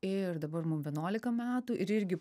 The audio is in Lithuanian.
ir dabar mum vienuolika metų ir irgi